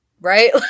Right